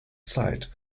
zeit